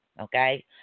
Okay